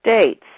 States